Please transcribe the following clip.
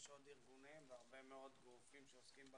יש עוד ארגונים והרבה מאוד גופים שעוסקים גם